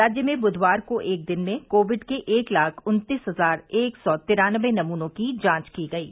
राज्य में बूधवार को एक दिन में कोविड के एक लाख उत्तीस हजार एक सौ तिरानबे नमूनों की जांच की गयी